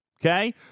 okay